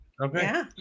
Okay